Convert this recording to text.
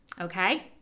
Okay